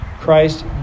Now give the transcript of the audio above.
Christ